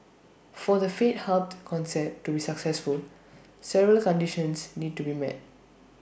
for the faith hub concept to be successful several conditions need to be met